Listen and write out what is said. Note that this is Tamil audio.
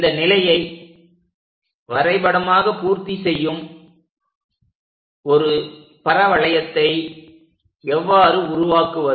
இந்த நிலையை வரைபடமாக பூர்த்தி செய்யும் ஒரு பரவளையத்தை எவ்வாறு உருவாக்குவது